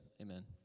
amen